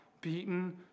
beaten